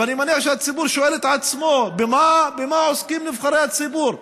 ואני מניח שהציבור שואל את עצמו: במה עוסקים נבחרי הציבור?